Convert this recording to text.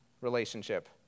relationship